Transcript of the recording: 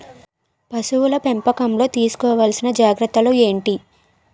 పశువుల పెంపకంలో తీసుకోవల్సిన జాగ్రత్త లు ఏంటి?